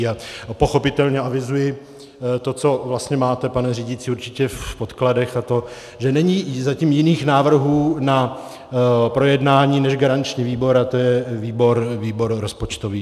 A pochopitelně avizuji, to, co vlastně máte, pane řídící, určitě v podkladech, a to že není zatím jiných návrhů na projednání než garanční výbor, a to je výbor rozpočtový.